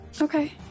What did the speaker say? Okay